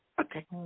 Okay